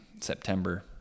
September